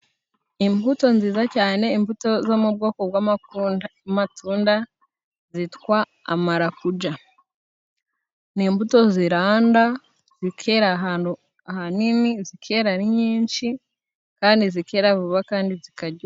Imbuto nziza cyane, imbuto zo mu bwoko bw'amatunda zitwa amarakuja, ni imbuto ziranda zikera ahantu hanini, zikera ari nyinshi kandi zikera vuba kandi zikaryoha.